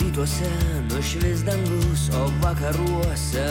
rytuose nušvis dangus vakaruose